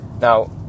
Now